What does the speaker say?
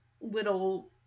little